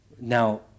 Now